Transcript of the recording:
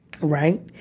right